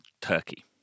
Turkey